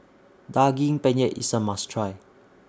Daging Penyet IS A must Try